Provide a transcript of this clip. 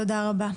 תודה רבה.